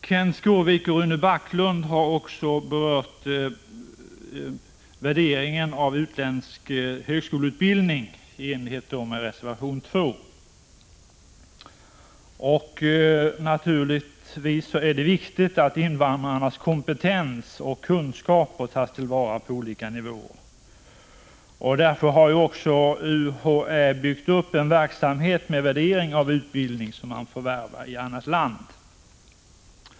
Kenth Skårvik och Rune Backlund berör i reservation 2 värderingen av utländsk högskoleutbildning. Naturligtvis är det viktigt att invandrarnas kompetens och kunskaper tas till vara på olika nivåer. Därför har också UHÄ byggt upp en verksamhet med värdering av utbildning förvärvad i annat land.